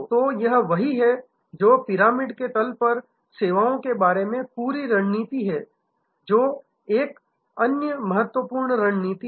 तो यह वही है जो पिरामिड के तल पर सेवाओं के बारे में पूरी रणनीति है जो एक अन्य महत्वपूर्ण रणनीति है